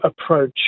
approach